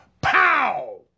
POW